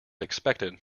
expected